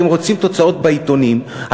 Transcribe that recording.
אתם רוצים תוצאות בעיתונים,